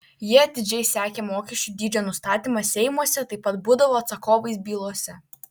jie atidžiai sekė mokesčių dydžio nustatymą seimuose taip pat būdavo atsakovais bylose